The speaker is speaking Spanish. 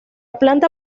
planta